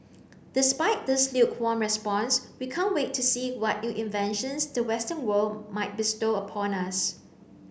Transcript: despite this lukewarm response we can't wait to see what new inventions the western world might bestow upon us